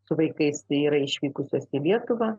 su vaikais tai yra išvykusios į lietuvą